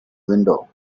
window